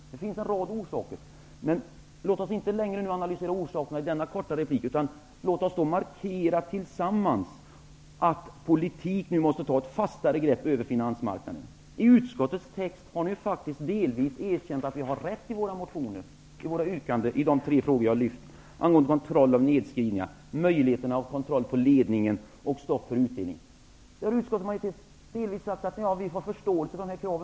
Det finns alltså en rad orsaker. Men låt oss inte längre analysera orsakerna i denna korta replik. Låt oss i stället markera tillsammans att politiken måste ta ett fastare grepp över finansmarknaden. I utskottets text har ni faktiskt delvis erkänt att vi har rätt i våra motioner och yrkanden i de tre frågor som jag har lyft fram: kontroll av nedskrivningar, kontroll av ledningen och stopp för utdelning. Utskottet har sagt sig delvis ha förståelse för våra krav.